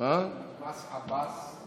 עם מס עבאס,